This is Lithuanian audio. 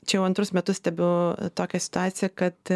čia jau antrus metus stebiu tokią situaciją kad